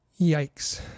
Yikes